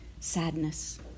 sadness